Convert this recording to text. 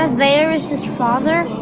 ah vader is his father?